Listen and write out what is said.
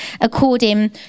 according